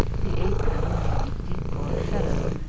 the apron may be deep or shallow,